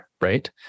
right